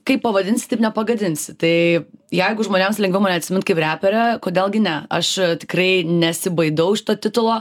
kaip pavadinsi taip nepagadinsi tai jeigu žmonėms lengviau mane atsimint kaip reperę kodėl gi ne aš tikrai nesibaidau šito titulo